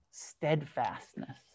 steadfastness